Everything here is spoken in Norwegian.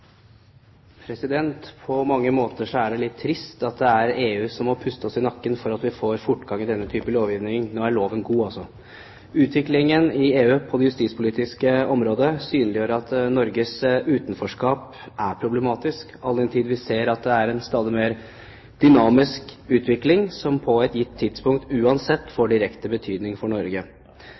det litt trist at det er EU som må puste oss i nakken for at vi skal få fortgang i denne typen lovgivning. Men nå er loven god. Utviklingen i EU på det justispolitiske området synliggjør at Norges utenforskap er problematisk, all den tid vi ser at det er en stadig mer dynamisk utvikling som på et gitt tidspunkt uansett får direkte betydning for Norge.